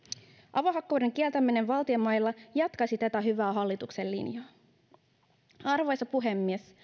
avohakkuiden kieltäminen valtion mailla jatkaisi tätä hyvää hallituksen linjaa arvoisa puhemies